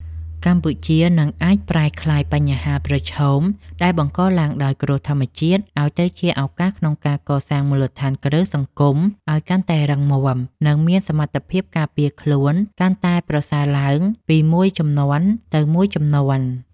កម្ពុជានឹងអាចប្រែក្លាយបញ្ហាប្រឈមដែលបង្កឡើងដោយគ្រោះធម្មជាតិ ឱ្យទៅជាឱកាសក្នុងការកសាងមូលដ្ឋានគ្រឹះសង្គមឱ្យកាន់តែរឹងមាំ និងមានសមត្ថភាពការពារខ្លួនកាន់តែប្រសើរឡើងពីមួយជំនាន់ទៅមួយជំនាន់។